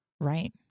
Right